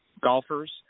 golfers